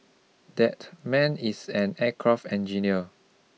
that man is an aircraft engineer